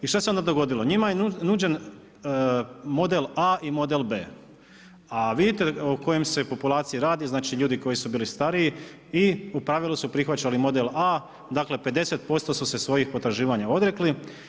I šta se onda dogodilo, njima je onda nuđen, model A i model B. A vidite o kojoj se populaciji radi, znači ljudi koji su bili stariji i u pravilu su prihvaćali model A, dakle, 50% su se svojih potraživanja odrekli.